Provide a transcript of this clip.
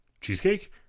Cheesecake